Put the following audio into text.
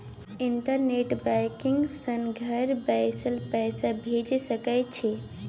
internet banking सँ घर बैसल पैसा भेज सकय छी